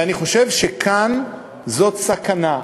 ואני חושב שכאן זאת סכנה,